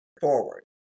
forward